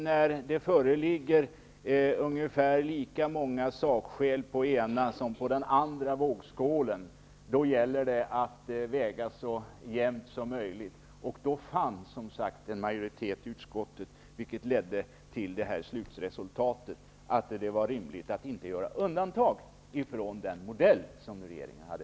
När det föreligger ungefär lika många sakskäl såväl på den ena som på den andra vågskålen gäller det att väga så jämnt som möjligt. Det fanns då en majoritet i utskottet för det slutresultatet, nämligen att det var rimligt att inte göra undantag från den modell som regeringen hade.